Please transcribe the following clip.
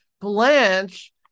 blanche